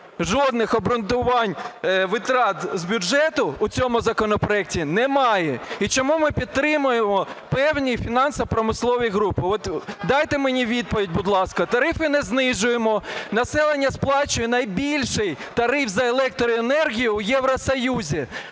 жодних обґрунтувань витрат з бюджету у цьому законопроекті немає. І чому ми підтримуємо певні фінансово-промислові групи? От дайте мені відповідь, будь ласка. Тарифи не знижуємо, населення сплачує найбільший тариф за електроенергію в Євросоюзі.